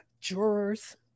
jurors